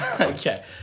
Okay